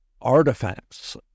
artifacts